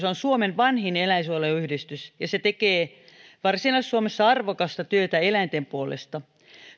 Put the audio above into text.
on suomen vanhin eläinsuojeluyhdistys ja se tekee varsinais suomessa arvokasta työtä eläinten puolesta